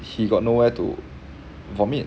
he got nowhere to vomit